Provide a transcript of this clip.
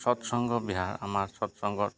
সৎসংঘত বিহাৰ আমাৰ সৎসংঘত